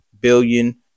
billion